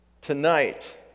Tonight